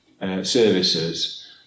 Services